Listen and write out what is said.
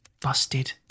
Busted